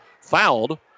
fouled